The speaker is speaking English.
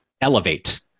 elevate